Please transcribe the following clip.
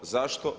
Zašto?